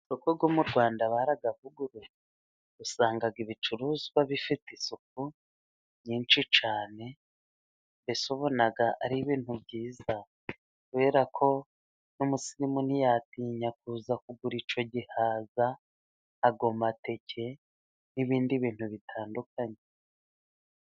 Amasoko yo mu Rwanda barayavuguruye, usanga ibicuruzwa bifite isuku nyinshi cyane mbese ubona ari ibintu byiza, kubera ko n'umusirimu ntiyatinya kuza kugura icyo gihaza, ayo mateke n'ibindi bintu bitandukanye.